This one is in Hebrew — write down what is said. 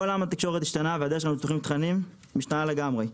כל עולם התקשורת השתנה --- תכנים משתנה לגמרי.